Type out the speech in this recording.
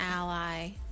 ally